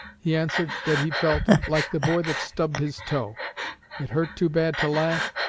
he answered that he felt like the boy that stubbed his toe it hurt too bad to laugh,